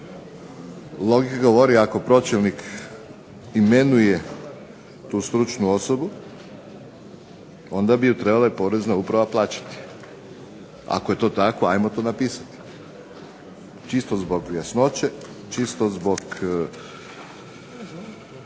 logika govori ako pročelnik imenuje tu stručnu osobu, onda bi ju trebala porezna uprava plaćati. Ako je to tako, ajmo to napisati. Čisto zbog jasnoće, čisto zbog